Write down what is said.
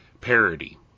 parody